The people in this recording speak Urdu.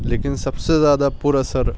لیکن سب سے زیادہ پر اثر